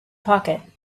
pocket